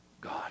God